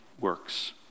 works